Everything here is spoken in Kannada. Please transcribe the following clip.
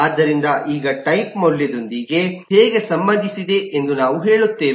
ಆದ್ದರಿಂದ ಈಗ ಟೈಪ್ ಮೌಲ್ಯದೊಂದಿಗೆ ಹೇಗೆ ಸಂಬಂಧಿಸಿದೆ ಎಂದು ನಾವು ಹೇಳುತ್ತೇವೆ